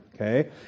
okay